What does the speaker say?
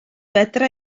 fedra